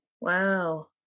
Wow